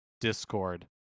Discord